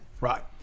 Right